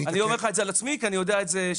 אני אומר לך את זה על עצמי, כי אני יודע את זה.